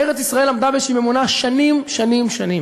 ארץ-ישראל עמדה בשיממונה שנים, שנים, שנים.